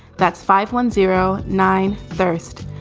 that's five one zero nine. first,